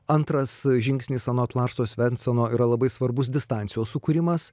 antras žingsnis anot larso svenseno yra labai svarbus distancijos sukūrimas